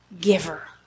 giver